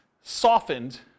softened